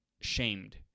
shamed